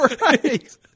Right